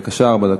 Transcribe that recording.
בבקשה, ארבע דקות.